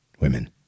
women